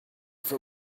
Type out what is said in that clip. for